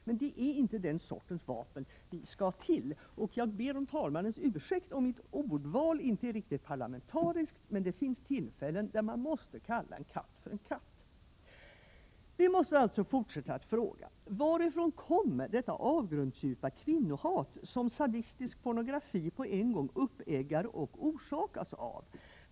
Men det är inte den sortens vapen vi vill ta till. Jag ber om talmannens ursäkt om mitt ordval inte är riktigt parlamentariskt, men det finns tillfällen då man måste kalla en katt för en katt. Vi måste fortsätta att fråga: Varifrån kommer detta avgrundsdjupa kvinnohat, som sadistisk pornografi på en gång uppeggar och orsakas av?